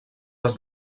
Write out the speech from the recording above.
les